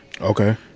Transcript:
okay